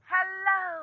Hello